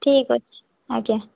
ଠିକ୍ ଅଛି ଆଜ୍ଞା